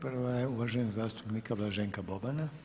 Prva je uvaženog zastupnika Blaženka Bobana.